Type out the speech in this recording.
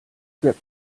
grip